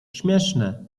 śmieszne